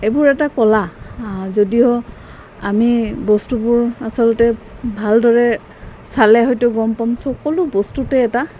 এইবোৰ এটা কলা যদিও আমি বস্তুবোৰ আচলতে ভালদৰে চালে হয়তো গম পম সকলো বস্তুতে এটা